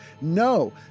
no